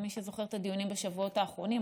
מי שזוכר את הדיונים בשבועות האחרונים,